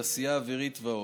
התעשייה האווירית ועוד.